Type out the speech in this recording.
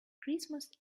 christmas